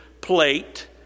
plate